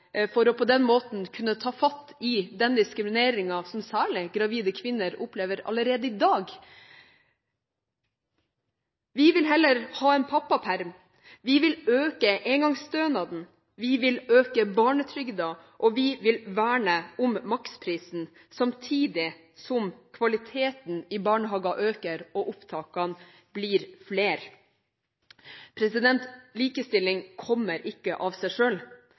virkemiddelapparat for på den måten å kunne ta tak i den diskrimineringen som særlig gravide kvinner opplever allerede i dag. Vi vil heller ha en pappaperm, vi vil øke engangsstønaden, vi vil øke barnetrygden, og vi vil verne om maksprisen, samtidig som kvaliteten i barnehager øker og opptakene blir flere. Likestilling kommer ikke av seg